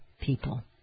people